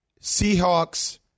Seahawks